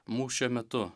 mūšio metu